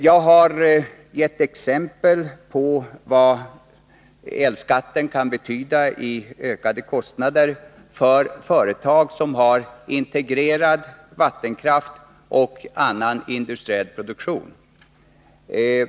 Jag har givit exempel på vad elskatten kan betyda i ökade kostnader för företag som har integrerad vattenkraft och annan industriell produktion.